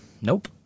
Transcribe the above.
nope